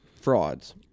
frauds